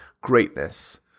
greatness